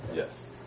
yes